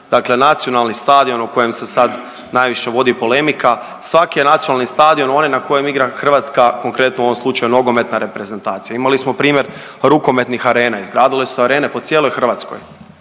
dakle nacionalni stadion o kojem se sad najviše vodi polemika, svaki je nacionalni stadion onaj na kojem igra hrvatska konkretno u ovom slučaju nogometna reprezentacija. Imali smo primjer rukometnih arena, izgradile su se arene po cijeloj Hrvatskoj,